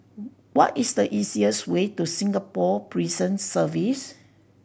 what is the easiest way to Singapore Prison Service